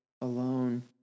alone